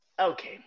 Okay